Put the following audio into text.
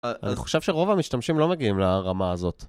אני חושב שרוב המשתמשים לא מגיעים לרמה הזאת.